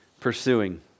pursuing